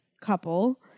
couple